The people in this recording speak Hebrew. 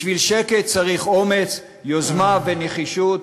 בשביל שקט צריך אומץ, יוזמה ונחישות,